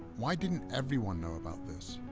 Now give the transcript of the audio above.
why didn't everyone know about this?